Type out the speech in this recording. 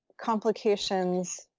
complications